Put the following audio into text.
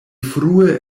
frue